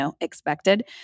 expected